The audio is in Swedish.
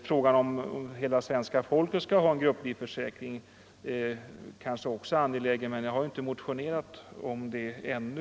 Frågan om hela svenska folket skall ha en grupplivförsäkring är kanske också angelägen, men detta har vi inte motionerat om ännu.